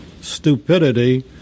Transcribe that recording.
stupidity